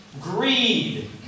Greed